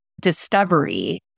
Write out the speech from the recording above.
discovery